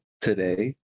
today